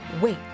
wait